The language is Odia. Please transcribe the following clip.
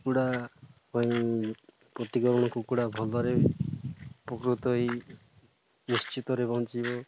କୁକୁଡ଼ା ପାଇଁ କୁକୁଡ଼ା ଭଲରେ ଉପକୃତ ହୋଇ ନିଶ୍ଚିତରେ ବଞ୍ଚିବ